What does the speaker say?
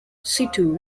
situ